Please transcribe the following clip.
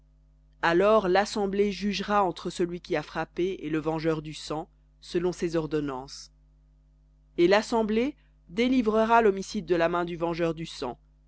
alors l'assemblée jugera entre celui qui a frappé et le vengeur du sang selon ces ordonnances et l'assemblée délivrera l'homicide de la main du vengeur du sang